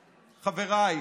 חבריי,